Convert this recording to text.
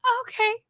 okay